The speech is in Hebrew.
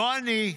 לא אני,